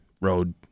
road